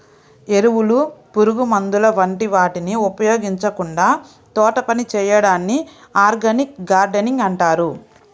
ఎరువులు, పురుగుమందుల వంటి వాటిని ఉపయోగించకుండా తోటపని చేయడాన్ని ఆర్గానిక్ గార్డెనింగ్ అంటారు